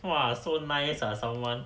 !wah! so nice ah someone